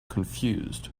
confused